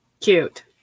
Cute